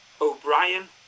o'brien